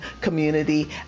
community